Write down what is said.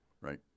Right